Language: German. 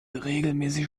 regelmäßig